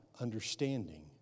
understanding